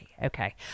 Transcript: Okay